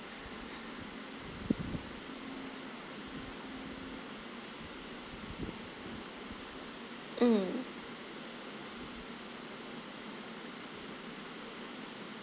mm